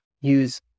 use